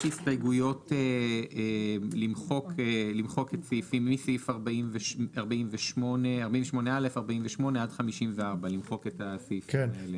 הסתייגויות למחוק מסעיף 48 עד 54. כן,